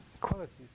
qualities